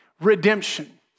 redemption